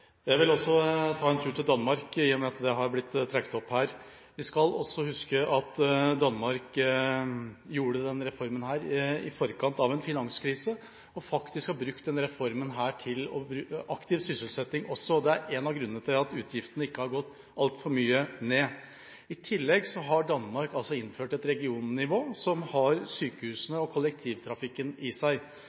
Jeg vil også ta en tur til Danmark, i og med at det har blitt trukket fram her. Vi skal også huske at Danmark hadde denne reformen i forkant av en finanskrise, og faktisk har brukt den til aktiv sysselsetting også. Det er en av grunnene til at utgiftene ikke har gått altfor mye ned. I tillegg har Danmark innført et regionnivå som har sykehusene og kollektivtrafikken i seg.